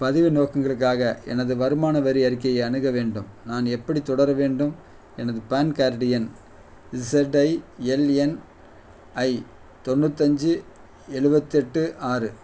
பதிவு நோக்கங்களுக்காக எனது வருமான வரி அறிக்கையை அணுக வேண்டும் நான் எப்படி தொடர வேண்டும் எனது பான் கார்டு எண் இசட்ஐஎல்என்ஐ தொண்ணூத்தஞ்சு எழுவத்தெட்டு ஆறு